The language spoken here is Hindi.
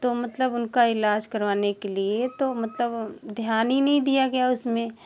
तो मतलब उनका इलाज करवाने के लिए तो मतलब ध्यान ही नहीं दिया गया उसमें